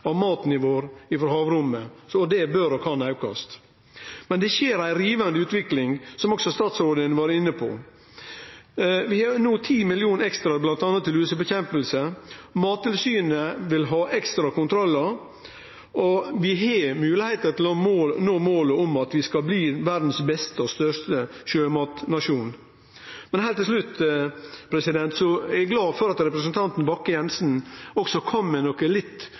av maten vår frå havrommet, så det bør og kan aukast. Men det skjer ei rivande utvikling, som også statsråden var inne på. Vi gir no 10 mill. kr ekstra bl.a. til lusenedkjemping. Mattilsynet vil ha ekstra kontrollar, og vi har moglegheiter til å nå målet om å bli verdas beste og største sjømatnasjon. Heilt til slutt: Eg er glad for at representanten Bakke-Jensen også kom med nokre litt